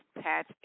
Patch